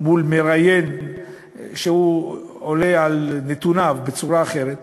מול מראיין שהוא עולה על נתוניו בצורה אחרת,